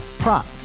prop